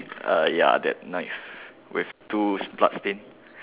uh ya that knife with two bloodstain